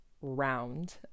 round